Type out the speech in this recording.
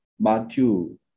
Matthew